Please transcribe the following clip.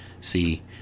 see